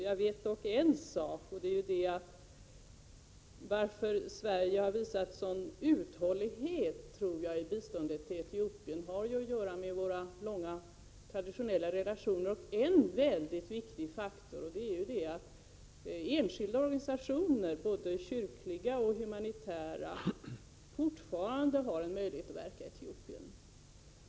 Jag vet dock en sak, och det är att ett av skälen till att Sverige har visat sådan uthållighet i fråga om biståndet till Etiopien är Sveriges traditionella relationer och en mycket viktig faktor, nämligen att enskilda organisationer, både kyrkliga och humanitära, fortfarande har möjlighet att verka i Etiopien.